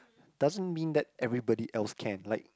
doesn't mean that everybody else can like